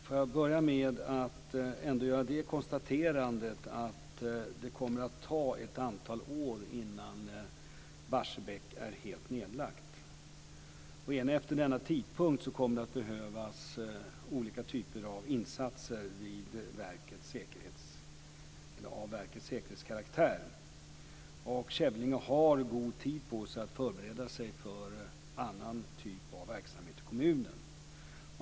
Fru talman! Jag börjar med att ändå konstatera att det kommer att ta ett antal år innan Barsebäck är helt nedlagt. Även efter denna tidpunkt kommer det att behövas olika typer av insatser när det gäller verkets säkerhetskaraktär. Kävlinge har god tid på sig att förbereda sig för annan typ av verksamhet i kommunen.